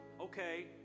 Okay